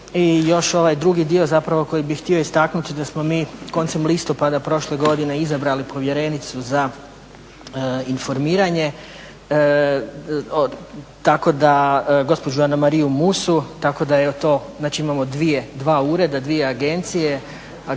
I još ovaj drugi dio zapravo koji bih htio istaknuti da smo mi koncem listopada prošle godine izabrali povjerenicu za informiranje gospođu Anamariju Musu tako da evo to, znači imamo dvije, dva ureda, dvije agencije za